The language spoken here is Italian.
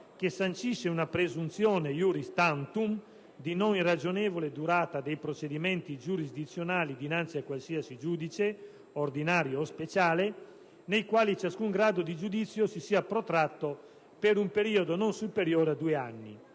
che sancisce una presunzione *iuris tantum* di non irragionevole durata dei procedimenti giurisdizionali dinanzi a qualsiasi giudice ordinario o speciale nei quali ciascun grado di giudizio si sia protratto per un periodo non superiore ai due anni